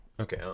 Okay